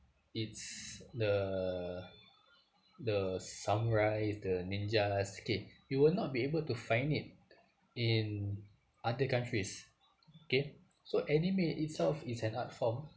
it's the the samurai the ninjas okay you will not be able to find it in other countries okay so anime itself is an art form